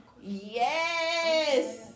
Yes